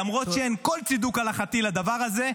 למרות שאין כל צידוק הלכתי לדבר הזה,